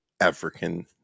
African